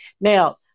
Now